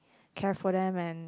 care for them and